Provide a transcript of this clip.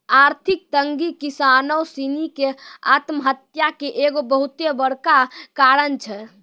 आर्थिक तंगी किसानो सिनी के आत्महत्या के एगो बहुते बड़का कारण छै